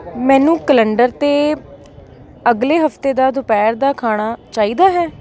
ਮੈਨੂੰ ਕੈਲੰਡਰ 'ਤੇ ਅਗਲੇ ਹਫ਼ਤੇ ਦਾ ਦੁਪਹਿਰ ਦਾ ਖਾਣਾ ਚਾਹੀਦਾ ਹੈ